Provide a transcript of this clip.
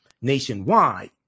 nationwide